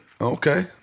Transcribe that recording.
Okay